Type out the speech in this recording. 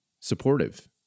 supportive